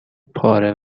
پاره